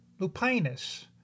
Lupinus